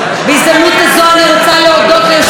בהזדמנות הזאת אני רוצה להודות ליושב-ראש